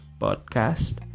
podcast